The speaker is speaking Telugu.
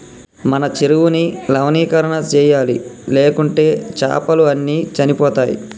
మన చెరువుని లవణీకరణ చేయాలి, లేకుంటే చాపలు అన్ని చనిపోతయ్